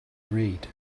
read